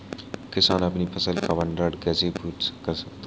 किसान अपनी फसल का भंडारण कैसे कर सकते हैं?